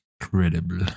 Incredible